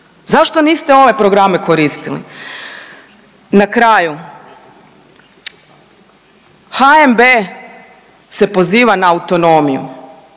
Zašto niste ove programe koristili? Na kraju, HNB se poziva na autonomiju,